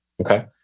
Okay